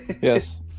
Yes